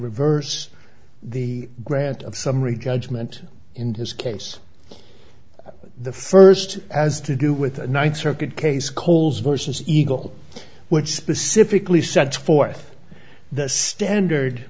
reverse the grant of summary judgment in this case the first has to do with a ninth circuit case coles versus eagle which specifically set forth the standard